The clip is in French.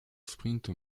sprint